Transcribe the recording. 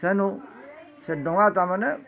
ସେନୁ ସେ ଡ଼ଙ୍ଗା ତାମାନେ